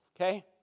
okay